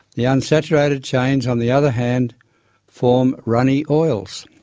the unsaturated chains on the other hand form runny oils.